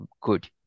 good